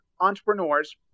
entrepreneurs